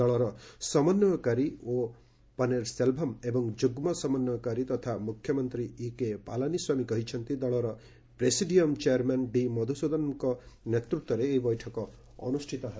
ଦଳର ସମନ୍ଧୟକାରୀ ଓ ପନିର୍ସିଲଭମ୍ ଏବଂ ଯୁଗ୍ମ ସମନ୍ୱୟକାରୀ ତଥା ମୁଖ୍ୟମନ୍ତ୍ରୀ ଇକେ ପାଲାନୀସ୍ୱାମୀ କହିଛନ୍ତି ଦଳର ପ୍ରେସିଡିୟମ୍ ଚେୟାର୍ମ୍ୟାନ୍ ଡି ମଧୁସୁଦନମ୍ଙ୍କ ନେତୃତ୍ୱରେ ଏହି ବୈଠକ ଅନୁଷ୍ଠିତ ହେବ